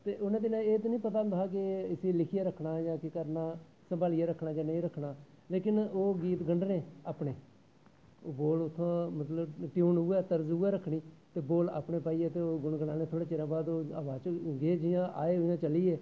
ते उनें दिनें एह् ते नी पता होंदा हा कि इसी लिखियै रक्खनां जां केह् करना संभालियै रक्खनां जां केह् करना लेकिन ओह् गीत गंढने अपने बोल उऐ टोंन उऐ तर्ज उऐ रक्खनी ते बोल अपने पाईयै ते गुनगुनाने जियां आए उआं चली गे